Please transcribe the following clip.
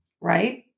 right